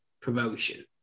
promotion